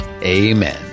Amen